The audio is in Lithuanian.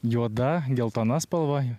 juoda geltona spalva